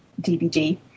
DVD